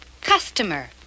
Customer